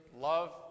love